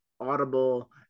audible